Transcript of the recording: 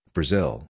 Brazil